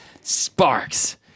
Sparks